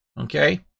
okay